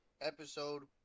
episode